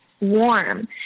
warm